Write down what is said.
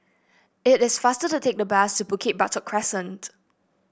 it is faster to take the bus to Bukit Batok Crescent